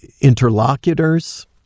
interlocutors